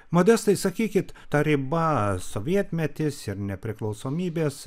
modestai sakykit ta riba sovietmetis ir nepriklausomybės